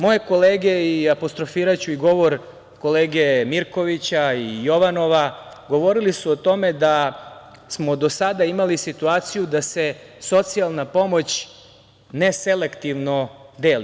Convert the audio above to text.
Moje kolege, apostrofiraću i govor kolege Mirkovića i Jovanova, govorile su o tome da smo do sada imali situaciju da se socijalna pomoć neselektivno deli.